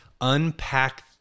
Unpack